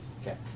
Okay